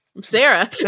Sarah